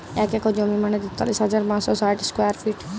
এক একর জমি মানে তেতাল্লিশ হাজার পাঁচশ ষাট স্কোয়ার ফিট